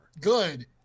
Good